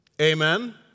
Amen